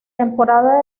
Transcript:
temporada